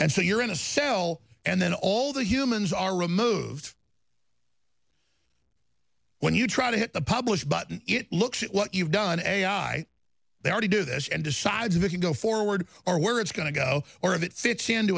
and so you're in a cell and then all the humans are removed when you try to hit the publish button it looks at what you've done ai they already do this and decides if you go forward or where it's going to go or if it fits into